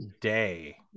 Day